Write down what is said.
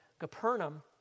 Capernaum